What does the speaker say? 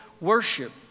worship